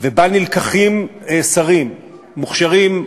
ובה נלקחים שרים מוכשרים,